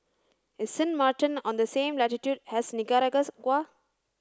is Sint Maarten on the same latitude has